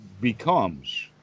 becomes